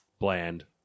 Bland